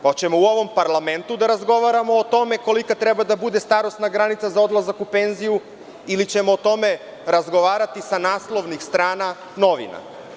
Hoćemo li u ovom parlamentu da razgovaramo o tome kolika treba da bude starosna granica za odlazak u penziju ili ćemo o tome razgovarati sa naslovnih strana novina?